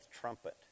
trumpet